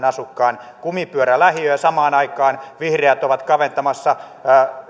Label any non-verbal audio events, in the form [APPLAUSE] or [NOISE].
[UNINTELLIGIBLE] asukkaan kumipyörälähiö ja samaan aikaan vihreät ovat kaventamassa